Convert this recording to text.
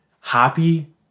happy